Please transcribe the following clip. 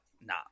nah